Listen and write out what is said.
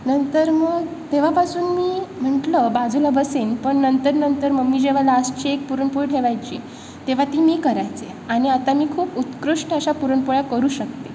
नंतर मग तेव्हापासून मी म्हटलं बाजूला बसेन पण नंतर नंतर मम्मी जेव्हा लास्टची एक पुरणपोळी ठेवायची तेव्हा ती मी करायचे आणि आता मी खूप उत्कृष्ट अशा पुरणपोळ्या करू शकते